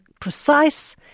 precise